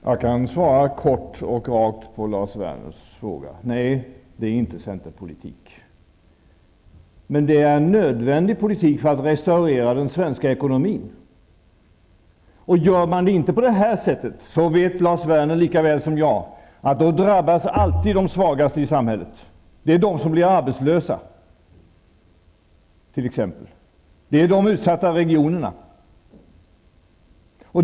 Herr talman! Jag kan svara kort och rakt på Lars Werners fråga. Nej, det är inte centerpolitik. Men det är en nödvändig politik för att restaurera den svenska ekonomin. Gör man det inte på det här sättet, vet Lars Werner lika väl som jag att det alltid är de svagaste i samhället som drabbas. Det är t.ex. de som blir arbetslösa. Det är de utsatta regionerna.